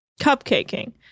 Cupcaking